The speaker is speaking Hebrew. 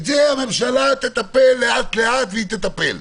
בזה הממשלה תטפל לאט לאט והיא תטפל.